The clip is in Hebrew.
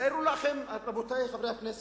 תארו לכם, רבותי חברי הכנסת,